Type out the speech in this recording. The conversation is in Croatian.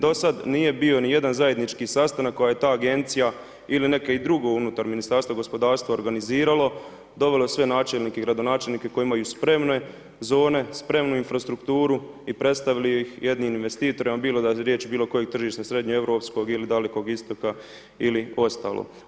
Do sada nije bio ni jedan zajednički sastanak koji je ta agencija ili netko drugi unutar Ministarstva gospodarstva organiziralo, dovelo sve načelnike i gradonačelnike koji imaju spremne zone, spremnu infrastrukturu i predstavili ih jednim investitorima bilo da je riječ bilo kojeg tržišta srednje europskog ili dalekog Istoka, ili ostalo.